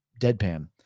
deadpan